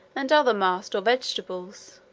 and other mast or vegetables,